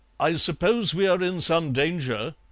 i suppose we are in some danger?